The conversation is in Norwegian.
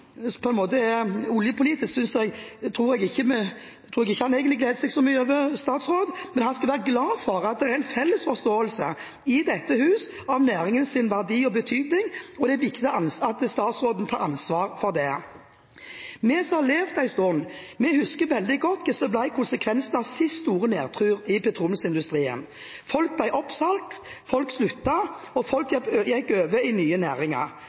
at en har en oljepolitisk opposisjon. Jeg tenker at oljepolitisk tror jeg egentlig ikke statsråden gleder seg så mye over opposisjonen, men han skal være glad for at det er en felles forståelse i dette hus av næringens verdi og betydning, og det er viktig at statsråden tar ansvar for det. Vi som har levd en stund, husker veldig godt hva som ble konsekvensene ved siste store nedtur i petroleumsindustrien. Folk ble oppsagt, folk sluttet, og folk gikk over i nye næringer.